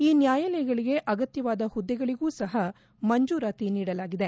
ಈ ನ್ವಾಯಾಲಯಗಳಿಗೆ ಅಗತ್ತವಾದ ಹುದ್ದೆಗಳಿಗೂ ಸಹ ಮಂಜೂರಾತಿ ನೀಡಲಾಗಿದೆ